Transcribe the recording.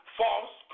false